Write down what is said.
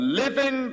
living